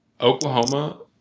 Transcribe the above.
Oklahoma